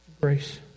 grace